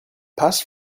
passed